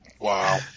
wow